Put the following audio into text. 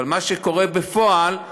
אבל מה שקורה בפועל,